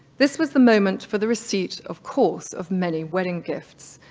this was the moment for the receipt of course of many wedding gifts.